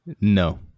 No